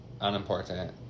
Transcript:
unimportant